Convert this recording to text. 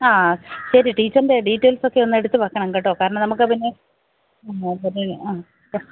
ആ ശരി ടീച്ചറിൻ്റെ ഡീറ്റെയിൽസ് ഒക്കെ ഒന്ന് എടുത്തുവയ്ക്കണം കേട്ടോ കാരണം നമുക്ക് പിന്നെ ആ ആ